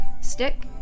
stick